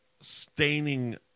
staining